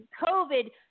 COVID